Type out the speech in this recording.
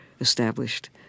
established